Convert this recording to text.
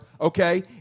Okay